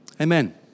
Amen